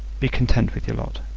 be content with your lot.